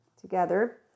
together